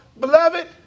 Beloved